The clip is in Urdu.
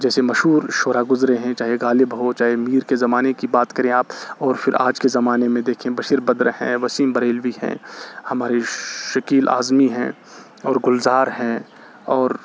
جیسے مشہور شعرا گزرے ہیں چاہے غالب ہو چاہے میر کے زمانے کی بات کریں آپ اور پھر آج کے زمانے میں دیکھیں بشیر بدر ہیں وسیم بریلوی ہیں ہمارے شکیل اعظمی ہیں اور گلزار ہیں اور